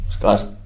guys